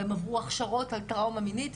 והם עברו הכשרות על טראומה מינית.